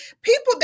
People